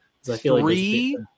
Three